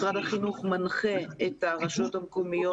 משרד החינוך מנחה את הרשויות המקומיות